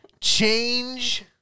change